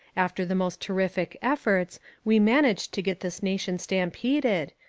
after the most terrific efforts we managed to get this nation stampeded,